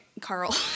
Carl